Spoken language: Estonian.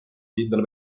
kindel